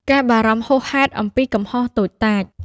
កុំបារម្ភហួសហេតុអំពីកំហុសតូចតាច។